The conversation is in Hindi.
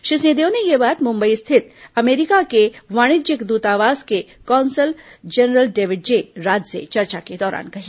श्री सिंहदेव ने यह बात मुंबई स्थित अमेरिका के वाणिज्यिक दूतावास के consul general David J Raj से चर्चा के दौरान कही